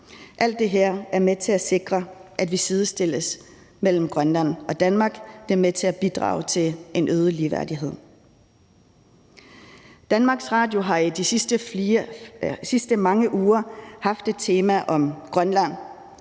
Alt det her er med til at sikre, at vi sidestiller Grønland og Danmark; det er med til at bidrage til en øget ligeværdighed. DR har i de sidste mange uger haft et tema om Grønland.